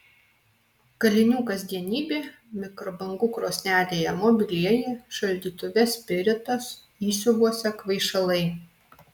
kalinių kasdienybė mikrobangų krosnelėje mobilieji šaldytuve spiritas įsiuvuose kvaišalai